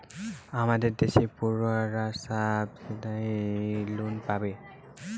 আমাদের দেশের পড়ুয়ারা সাবসিডাইস লোন পাবে